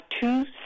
two